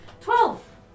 Twelve